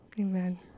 amen